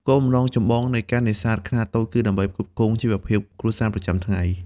គោលបំណងចម្បងនៃការនេសាទខ្នាតតូចគឺដើម្បីផ្គត់ផ្គង់ ជីវភាពគ្រួសារ ប្រចាំថ្ងៃ។